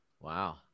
Wow